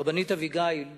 הרבנית אביגיל,